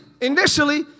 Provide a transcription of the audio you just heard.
initially